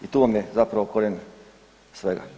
I u vam je zapravo korijen svega.